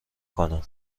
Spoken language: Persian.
کنم